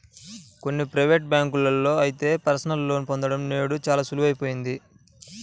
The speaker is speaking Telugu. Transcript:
కొన్ని ప్రైవేటు బ్యాంకుల్లో అయితే పర్సనల్ లోన్ పొందడం నేడు చాలా సులువయిపోయింది